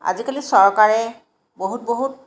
আজিকালি চৰকাৰে বহুত বহুত